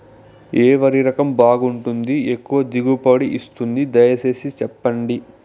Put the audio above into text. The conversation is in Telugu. ఏ వరి రకం బాగుంటుంది, ఎక్కువగా దిగుబడి ఇస్తుంది దయసేసి చెప్పండి?